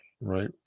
Right